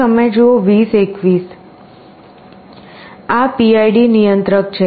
આ PID નિયંત્રક છે